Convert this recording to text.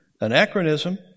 anachronism